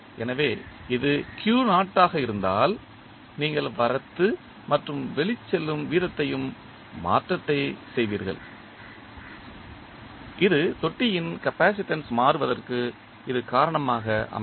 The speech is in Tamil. எனவே இது ஆக இருந்தால் நீங்கள் வரத்து மற்றும் வெளிச்செல்லும் வீதத்தையும் மாற்றத்தை செய்வீர்கள் இது தொட்டியின் கப்பாசிட்டன்ஸ் மாறுவதற்கு இது காரணமாக அமையும்